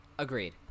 Agreed